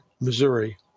Missouri